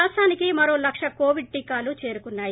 రాష్టానికి మరో లక్ష కోవిడ్ టీకాలు చేరుకున్నాయి